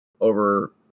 over